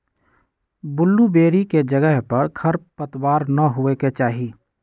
blueberry के जगह पर खरपतवार न होए के चाहि